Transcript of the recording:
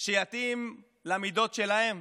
שיתאים למידות שלהם,